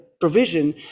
provision